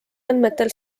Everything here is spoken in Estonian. andmetel